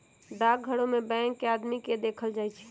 डाकघरो में बैंक के आदमी के देखल जाई छई